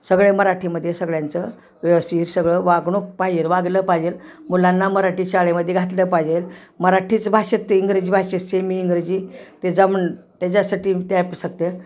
सगळे मराठीमध्ये सगळ्यांचं व्यवस्थित सगळं वागणूक पाहिजेल वागलं पाहिजे मुलांना मराठी शाळेमध्ये घातलं पाहिजे मराठीच भाषेत त इंग्रजी भाषेत सेमी इंग्रजी ते जमण त्याच्यासाठी त्याप सकत